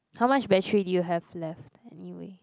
how much battery do you have left anyway